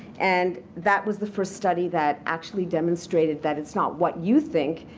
and that was the first study that actually demonstrated that it's not what you think,